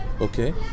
okay